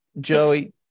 Joey